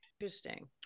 Interesting